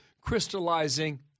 crystallizing